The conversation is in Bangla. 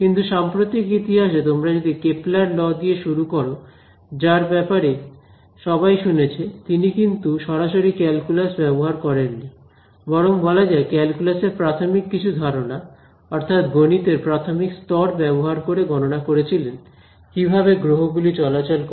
কিন্তু সাম্প্রতিক ইতিহাসে তোমরা যদি কেপলার দিয়ে শুরু করো যার ব্যাপারে সবাই শুনেছে তিনি কিন্তু সরাসরি ক্যালকুলাস ব্যবহার করেননি বরং বলা যায় ক্যালকুলাস এর প্রাথমিক কিছু ধারণা অর্থাৎ গণিতের প্রাথমিক স্তর ব্যবহার করে গণনা করেছিলেন কিভাবে গ্রহগুলি চলাচল করে